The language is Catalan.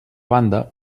banda